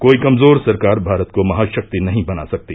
कोई कमजोर सरकार भारत को महाषक्ति नही बना सकती